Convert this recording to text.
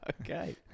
Okay